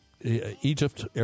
Egypt